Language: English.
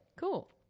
Cool